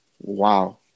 wow